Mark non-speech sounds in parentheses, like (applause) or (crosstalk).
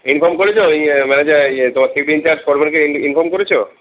inform করেছ ইয়ে manager ইয়ে (unintelligible) ইনচার্জকে ইনফর্ম করেছ